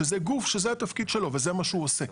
שזה גוף שזה התפקיד שלו וזה מה שהוא עושה.